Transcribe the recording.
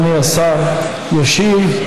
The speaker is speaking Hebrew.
אדוני השר ישיב.